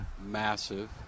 massive